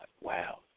wow